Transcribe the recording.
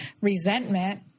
resentment